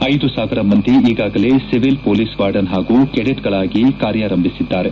ಐದು ಸಾವಿರ ಮಂದಿ ಈಗಾಗಲೇ ಸಿವಿಲ್ ಹೊಲೀಸ್ ವಾರ್ಡನ್ ಹಾಗೂ ಕೆಡೆಟ್ಗಳಾಗಿ ಕಾರ್ಯಾರಂಭಿಸಿದ್ದಾರೆ